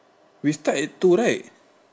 we start at two right